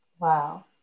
Wow